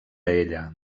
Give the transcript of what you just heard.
ella